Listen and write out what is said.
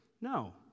No